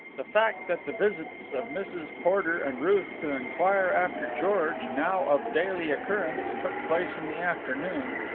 the fact that the visits of mrs. porter and ruth to inquire after george, now of daily occurrence, took place in the afternoon,